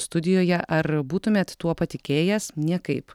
studijoje ar būtumėt tuo patikėjęs niekaip